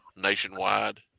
Nationwide